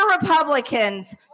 Republicans